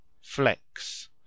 flex